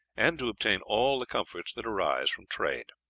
and to obtain all the comforts that arise from trade.